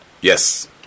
Yes